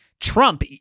Trump